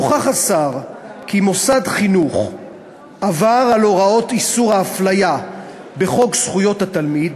נוכח השר כי מוסד חינוך עבר על הוראות איסור ההפליה בחוק זכויות התלמיד,